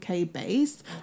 UK-based